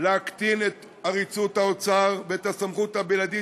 להקטין את עריצות האוצר ואת הסמכות הבלעדית